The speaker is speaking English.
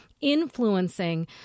influencing